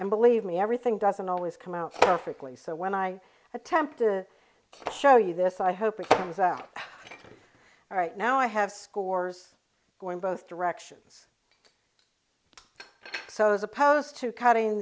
and believe me everything doesn't always come out for equally so when i attempt to show you this i hope it is out right now i have scores more in both directions so as opposed to cuttin